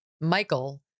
Michael